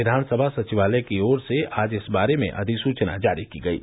विधानसभा सचिवालय के ओर से आज इस बारे में अधिसूचना जारी की गयी